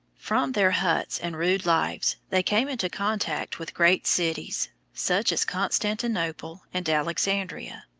from their huts and rude lives they came into contact with great cities, such as constantinople and alexandria.